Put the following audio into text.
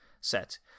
set